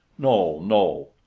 no, no,